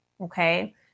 okay